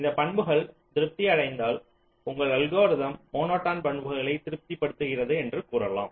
இந்த பண்புகள் திருப்தி அடைந்தால் உங்கள் அல்கோரிதம் மோனோடோன் பண்புகளை திருப்திப்படுத்துகிறது என்று கூறலாம்